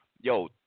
Yo